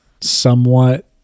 somewhat